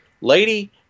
lady